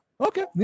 okay